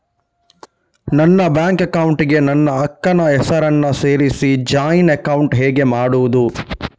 ನನ್ನ bank account ಗೆ ನನ್ನ ಅಕ್ಕ ನ ಹೆಸರನ್ನ ಸೇರಿಸಿ ಜಾಯಿನ್ ಅಕೌಂಟ್ ಹೇಗೆ ಮಾಡುದು?